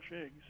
eggs